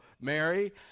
Mary